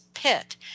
pit